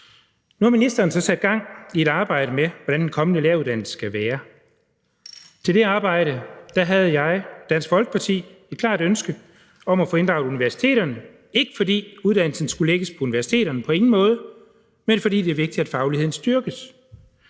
Nu har ministeren så sat gang i et arbejde med, hvordan den kommende læreruddannelse skal være. Til det arbejde havde jeg og Dansk Folkeparti et klart ønske om at få inddraget universiteterne, ikke fordi uddannelsen skulle lægges på universiteterne, på ingen måde, men fordi det er vigtigt, at fagligheden styrkes.